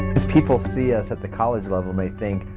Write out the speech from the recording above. as people see us at the college level they think,